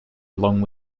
along